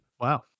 Wow